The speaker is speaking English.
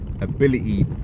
ability